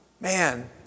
man